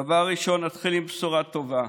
דבר ראשון נתחיל עם בשורה טובה.